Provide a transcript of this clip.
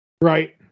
Right